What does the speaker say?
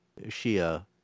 Shia